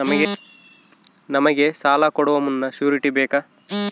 ನಮಗೆ ಸಾಲ ಕೊಡುವ ಮುನ್ನ ಶ್ಯೂರುಟಿ ಬೇಕಾ?